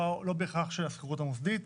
לא בהכרח של השכירות המוסדית,